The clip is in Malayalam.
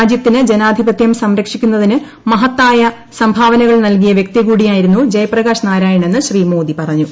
രാജ്യത്ത് ജനാധിപത്യം സംരക്ഷിക്കുന്നതിന് മഹത്തായ സംഭാവനകൾ നൽകിയ വൃക്തി കൂടിയായിരുന്നു ജയ്പ്രകാശ് നാരായൺ എന്ന് ശ്രീ മോദി പറഞ്ഞു